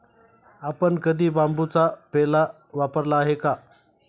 आपण कधी बांबूचा पेला वापरला आहे का?